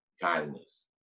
kindness